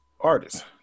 artist